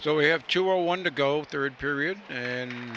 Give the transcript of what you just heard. so we have two or one to go third period and